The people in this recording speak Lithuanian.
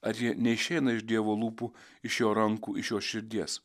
ar ji neišeina iš dievo lūpų iš jo rankų iš jo širdies